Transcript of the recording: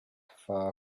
far